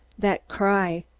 that cry,